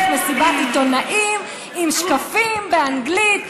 וזו הדרך: מסיבת עיתונאים עם שקפים באנגלית.